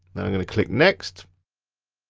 i'm gonna click next.